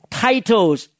titles